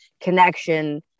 connection